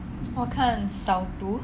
我看扫毒